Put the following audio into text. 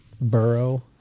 Burrow